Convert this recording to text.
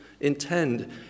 intend